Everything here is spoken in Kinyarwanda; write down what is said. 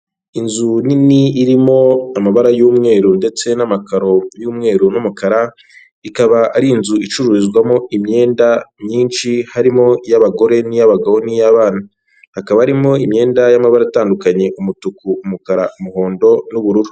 Inzu nini irimo amabara y'umweru ndetse n'amakaro y'umweru n'umukara ikaba ari inzu icururizwamo imyenda myinshi harimo iy'abagore n'iy'abagabo n'iy'abana hakaba harimo imyenda y'amabara atandukanye umutuku umukara'umuhondo n'ubururu.